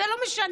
זה לא משנה,